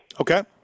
Okay